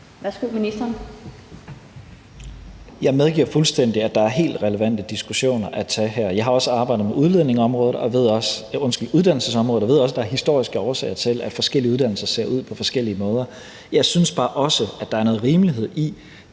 Jeg medgiver fuldstændig, at der er helt relevante diskussioner at tage her. Jeg har også arbejdet med uddannelsesområdet og ved også, at der er historiske årsager til, at forskellige uddannelser ser ud på forskellige måder. Jeg synes bare også, at det er rimeligt,